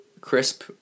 Crisp